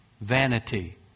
vanity